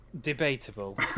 debatable